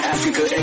Africa